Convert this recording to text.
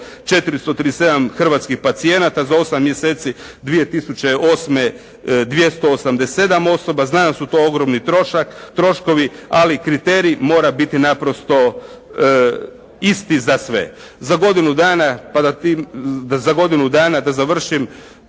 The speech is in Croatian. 437 hrvatskih pacijenata. Za 8 mjeseci 2008. 287 osoba. Znam da su to ogromni troškovi, ali kriterij mora biti naprosto isti za sve. Za godinu dana, da završim